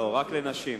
רק לנשים.